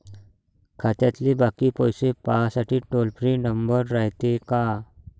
खात्यातले बाकी पैसे पाहासाठी टोल फ्री नंबर रायते का?